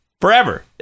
forever